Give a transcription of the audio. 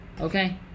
Okay